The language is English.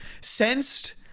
sensed